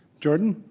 jordan